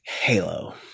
Halo